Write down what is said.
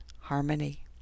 harmony